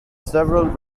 several